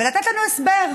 ולתת לנו הסבר.